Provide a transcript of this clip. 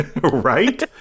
Right